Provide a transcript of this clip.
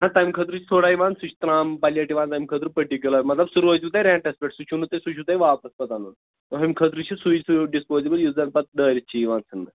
نہَ تَمہِ خٲطرٕ چھِ تھوڑا یِوان سُہ چھِ ترٛامہٕ پَلیٹ یِوان تَمہِ خٲطرٕ پٔٹِکیوٗلَر مطلب سُہ روزِوٕ تۄہہِ رٮ۪نٛٹَس پٮ۪ٹھ سُہ چھُو نہٕ تُہۍ سُہ چھُو تۄہہِ واپَس پَتہٕ اَنُن ہُمہِ خٲطرٕ چھُ سُے سُے ڈِسپوزیبٕل یُس زَن پَتہٕ دٲرِتھ چھُ یِوان ژھُنٕنہٕ